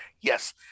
Yes